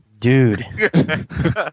Dude